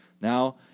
Now